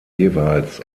jeweils